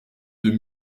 deux